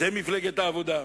זאת מפלגת העבודה.